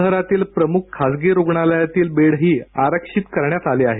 शहरातील प्रमुख खासगी रुग्णालयातील बेडही आरक्षित करण्यात आले आहेत